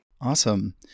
Awesome